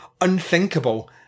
unthinkable